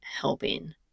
helping